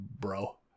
bro